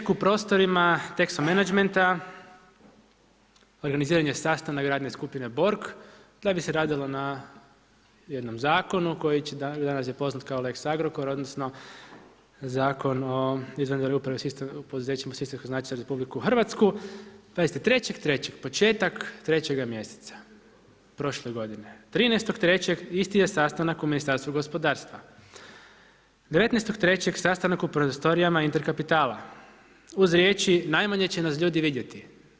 3.3. u prostorima TExo Managementa organiziran je sastanak radne skupine Borg da bi se radilo na jednom zakonu koji će, danas je poznat kao lex Agrokor odnosno Zakon o izvanrednoj upravi u poduzećima od sistemskog značenja za RH 23.3. početak 3. mjeseca prošle godine, 13.3. isti je sastanak u Ministarstvu gospodarstva, 19.3. sastanak u prostorijama InterCapitala uz riječi najmanje će nas ljudi vidjeti.